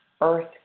earth